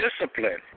discipline